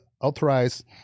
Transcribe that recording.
authorized